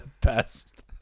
best